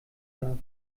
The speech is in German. darf